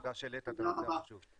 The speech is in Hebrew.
תודה שהעלית את הנושא הזה שוב.